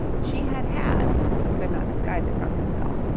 she had had, he could not disguise it from himself,